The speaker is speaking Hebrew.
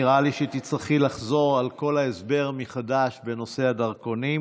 נראה לי שתצטרכי לחזור על כל ההסבר מחדש בנושא הדרכונים.